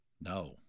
No